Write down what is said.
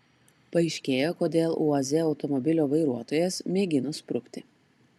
paaiškėjo kodėl uaz automobilio vairuotojas mėgino sprukti